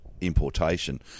importation